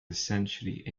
essentially